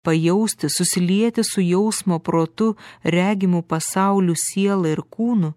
pajausti susilieti su jausmo protu regimu pasauliu siela ir kūnu